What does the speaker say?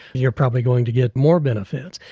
you're probably going to get more benefits.